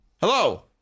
Hello